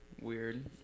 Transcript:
weird